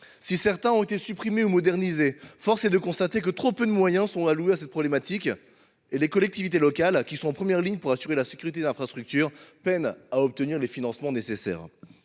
d’entre eux ont été supprimés ou modernisés, mais force est de constater que trop peu de moyens sont alloués pour améliorer significativement la situation. Les collectivités locales, qui sont en première ligne pour assurer la sécurité des infrastructures, peinent à obtenir les financements nécessaires.